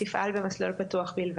תפעל במסלול פתוח בלבד,